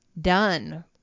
done